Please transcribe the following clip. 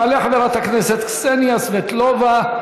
תעלה חברת הכנסת קסניה סבטלובה,